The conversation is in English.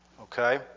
Okay